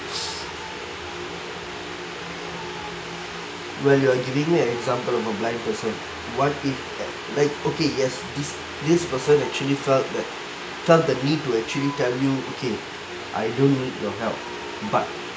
well you are giving me an example of a blind person [one] if eh like okay yes this this person actually felt that felt the need to actually tell you okay I don't need your help but